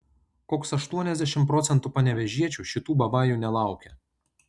koks aštuoniasdešimt procentų panevėžiečių šitų babajų nelaukia